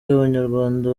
abanyarwanda